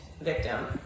victim